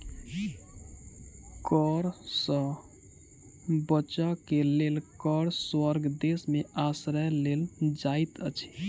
कर सॅ बचअ के लेल कर स्वर्ग देश में आश्रय लेल जाइत अछि